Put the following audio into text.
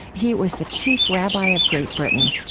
he was the chief rabbi of great britain.